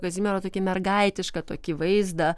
kazimiero tokį mergaitišką tokį vaizdą